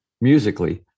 musically